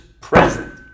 present